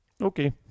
Okay